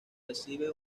recibe